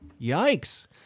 Yikes